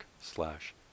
slash